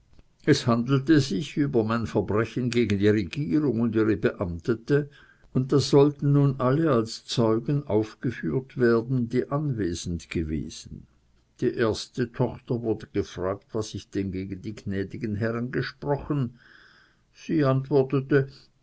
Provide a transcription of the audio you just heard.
es handelte sich über mein verbrechen gegen die regierung und ihre beamtete und da sollten nun alle als zeugen aufgeführt werden die anwesend gewesen die erste tochter wurde gefragt was ich denn gegen die gnädigen herren gesprochen sie antwortete